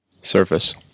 Surface